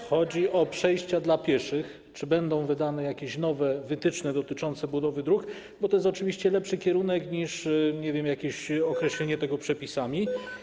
Chodzi o przejścia dla pieszych, o to, czy będą wydane jakieś nowe wytyczne dotyczące budowy dróg, bo to jest oczywiście lepszy kierunek niż jakieś określenie tego przepisami.